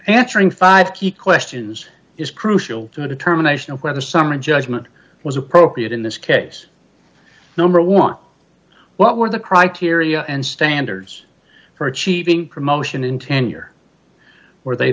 answering five key questions is crucial to the determination of whether summary judgment was appropriate in this case number one what were the criteria and standards for achieving promotion in tenure or are they